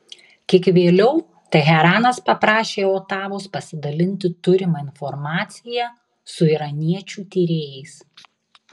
kiek vėliau teheranas paprašė otavos pasidalinti turima informacija su iraniečių tyrėjais